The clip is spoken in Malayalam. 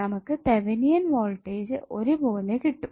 നമുക്ക് തെവനിയൻ വോൾട്ടേജ് ഒരുപോലെ കിട്ടും